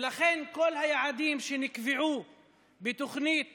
ולכן כל היעדים שנקבעו בתוכנית